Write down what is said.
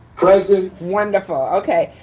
present. wonderful, okay.